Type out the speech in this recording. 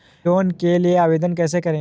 Loan के लिए आवेदन कैसे करें?